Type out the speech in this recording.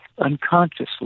unconsciously